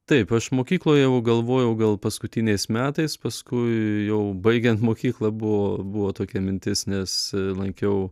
taip aš mokykloje jau galvojau gal paskutiniais metais paskui jau baigiant mokyklą buvo buvo tokia mintis nes lankiau